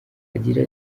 agira